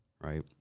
right